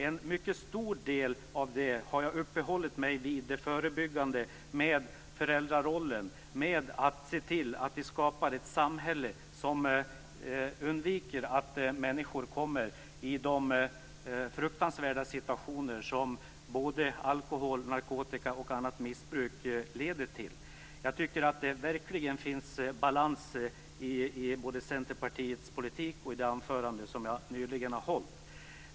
En mycket stor del av det ägnade jag åt att tala om förebyggande åtgärder - föräldrarollen och det faktum att vi måste se till att skapa ett samhälle som gör att människor inte kommer i de fruktansvärda situationer som missbruk av alkohol eller narkotika och annat missbruk leder till. Jag tycker verkligen att det finns balans både i Centerpartiets politik och i det anförande som jag nyligen höll.